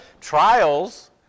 trials